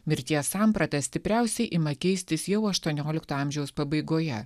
mirties samprata stipriausiai ima keistis jau aštuoniolikto amžiaus pabaigoje